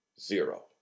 zero